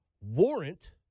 warrant